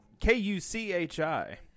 K-U-C-H-I